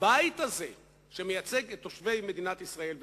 הבית הזה, שמייצג את תושבי מדינת ישראל ואזרחיה,